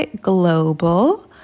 Global